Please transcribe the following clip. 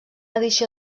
edició